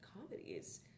comedies